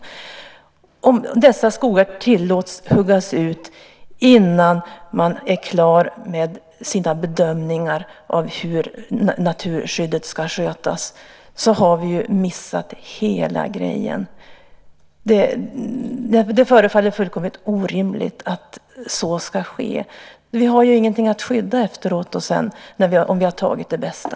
Om dessa skogar tillåts huggas ut innan man är klar med sina bedömningar av hur naturskyddet ska skötas så har vi ju missat hela grejen. Det förefaller fullkomligt orimligt att så ska ske. Vi har ju inget att skydda efter att vi har tagit det bästa.